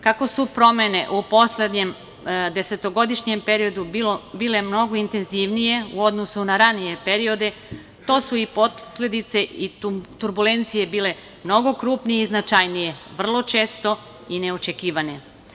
Kako su promene u poslednjem desetogodišnjem periodu bile mnogo intenzivnije u odnosu na ranije periode to su i posledice i turbulencije bile mnogo krupnije i značajnije, vrlo često i neočekivane.